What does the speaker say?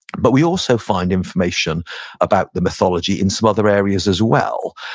but we also find information about the mythology in some other areas as well,